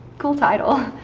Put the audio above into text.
cool title.